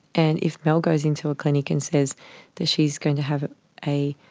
and if mel goes into a clinic and says that she's going to have a